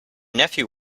nephew